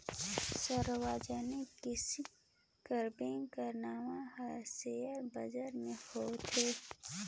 सार्वजनिक किसिम कर बेंक कर नांव हर सेयर बजार में होथे